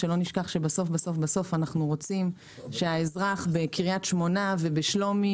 שלא נשכח שבסוף-בסוף אנחנו רוצים שהאזרח בקרית-שמונה ובשלומי